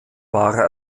wahrer